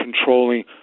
controlling